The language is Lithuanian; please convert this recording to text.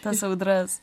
tas audras